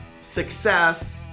success